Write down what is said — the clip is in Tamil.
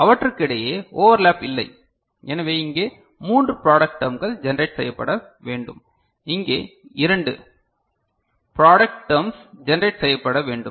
எனவே அவற்றுக்கிடையே ஓவர்லேப் இல்லை எனவே இங்கே மூன்று ப்ராடக்ட் டெர்ம்கள் ஜெனரேட் செய்யப்பட வேண்டும் இங்கே இரண்டு திருத்தம் 4 ப்ளு 1 ஸ் ஒரு டெர்ம் 2 மஞ்சள் 1 ஸ் ஒரு டெர்ம் ப்ராடெக்ட் டெர்ம்ஸ் ஜெனரேட் செய்யப்பட வேண்டும்